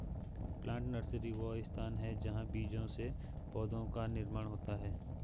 plant nursery वह स्थान है जहां बीजों से पौधों का निर्माण होता है